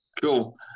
cool